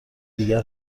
دیگر